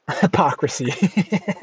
hypocrisy